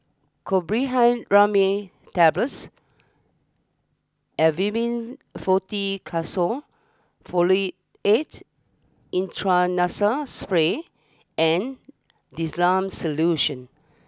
Chlorpheniramine Tablets Avamys Fluticasone Furoate Intranasal Spray and Difflam Solution